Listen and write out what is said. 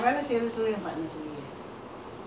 suri and partners ஆனா ஒண்ணும் இல்ல அங்க:aana onnum ille angga